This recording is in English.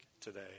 today